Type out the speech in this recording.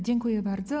Dziękuję bardzo.